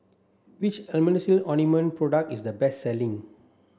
which Emulsying ointment product is the best selling